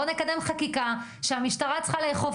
בואו נקדם חקיקה שהמשטרה צריכה לאכוף